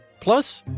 plus